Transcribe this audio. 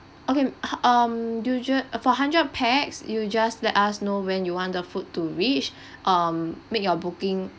okay mm (uh huh) um usual a for hundred pax you just let us know when you want the food to reach um make your booking